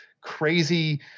crazy